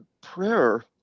prayer